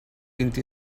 vint